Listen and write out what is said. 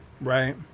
right